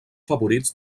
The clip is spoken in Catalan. favorits